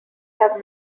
have